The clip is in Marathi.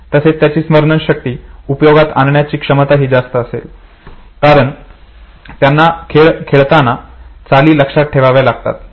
तसेच त्यांची स्मरणशक्ती उपयोगात आणण्याची क्षमताही जास्त असेल कारण त्यांना खेळत असताना चाली लक्षात ठेवाव्या लागतात